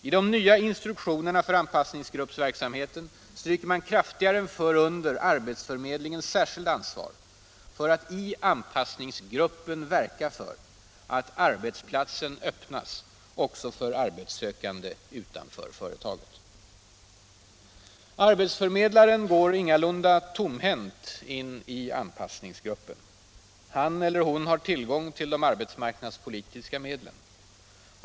I de nya instruktionerna för anpassningsgruppsverksamheten stryker man kraftigare än förr under arbetsförmedlingens särskilda ansvar för att i anpassningsgruppen verka för att arbetsplatsen öppnas också för arbetssökande utanför företaget. Arbetsförmedlaren går ingalunda tomhänt in i anpassningsgruppen. Han eller hon har tillgång till de arbetsmarknadspolitiska medlen.